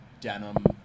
denim